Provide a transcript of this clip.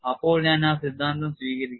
അപ്പോൾ ഞാൻ ആ സിദ്ധാന്തം സ്വീകരിക്കും